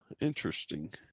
interesting